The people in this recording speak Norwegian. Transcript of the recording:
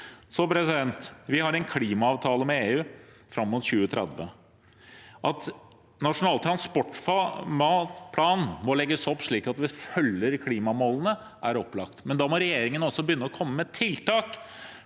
i Norge. Vi har en klimaavtale med EU fram mot 2030. At Nasjonal transportplan må legges opp slik at vi følger klimamålene, er opplagt, men da må regjeringen begynne å komme med tiltak.